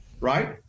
right